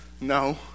No